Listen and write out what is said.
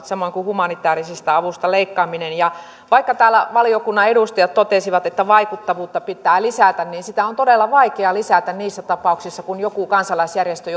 samoin kuin humanitäärisestä avusta leikkaaminen ja vaikka täällä valiokunnan edustajat totesivat että vaikuttavuutta pitää lisätä niin sitä on todella vaikea lisätä niissä tapauksissa kun joku kansalaisjärjestö